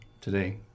today